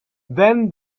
then